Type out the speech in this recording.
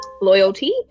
loyalty